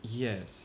yes